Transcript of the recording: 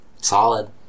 solid